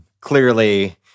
clearly